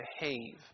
behave